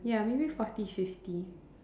ya maybe forty fifty